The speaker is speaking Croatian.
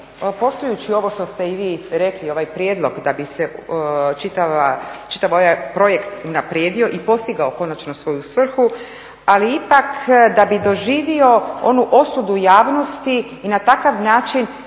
poštujući ovo što ste i vi rekli, ovaj prijedlog da bi se čitav projekt unaprijedio i postigao konačno svoju svrhu, ali ipak da bi doživio onu osudu javnosti i na takav način